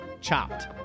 chopped